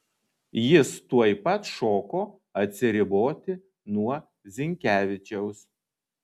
jis tuoj pat šoko atsiriboti nuo zinkevičiaus